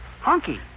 Honky